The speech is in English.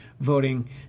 voting